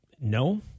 no